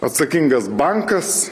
atsakingas bankas